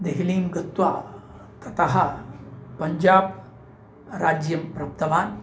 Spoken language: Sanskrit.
देहलीं गत्वा ततः पञ्जाब्राज्यं प्राप्तवान्